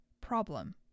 problem